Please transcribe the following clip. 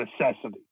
necessity